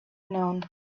known